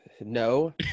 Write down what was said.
No